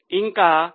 ఇంకా 0